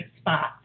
spot